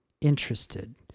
Interested